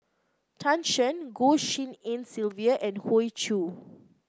Tan Shen Goh Tshin En Sylvia and Hoey Choo